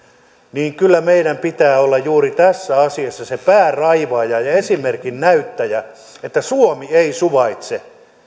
niin kyllä meidän pitää olla juuri tässä asiassa se päänraivaaja ja esimerkin näyttäjä että suomi ei suvaitse